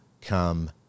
come